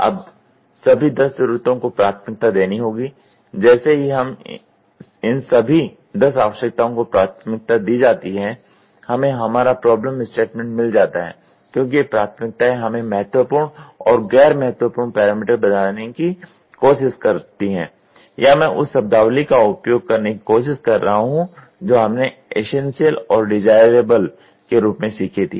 अब सभी 10 ज़रूरतों को प्राथमिकता देनी होगी जैसे ही इन सभी 10 आवश्यकताओं को प्राथमिकता दी जाती है हमें हमारा प्रॉब्लम स्टेटमेंट मिल जाता है क्योंकि ये प्राथमिकताएँ हमें महत्वपूर्ण और गैर महत्वपूर्ण पैरामीटर बताने की कोशिश करती हैं या मैं उसी शब्दावली का उपयोग करने की कोशिश कर रहा हूँ जो हमने एसेंशियल और डिज़ायरेबल के रूप में सीखी थी